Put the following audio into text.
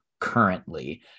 currently